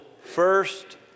First